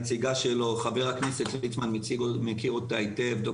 חבר הכנסת ליצמן מכיר היטב את נציגת משרד הבריאות,